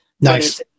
nice